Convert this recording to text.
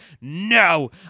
no